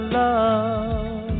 love